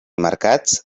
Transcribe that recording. mercats